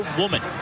woman